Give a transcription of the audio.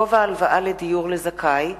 שיגור דבר פרסומת באמצעות מערכת חיוג אוטומטי),